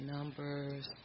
Numbers